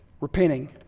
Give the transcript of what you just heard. repenting